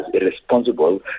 irresponsible